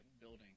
building